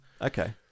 okay